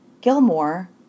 Gilmore